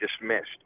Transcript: dismissed